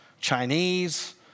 Chinese